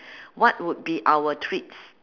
what would be our treats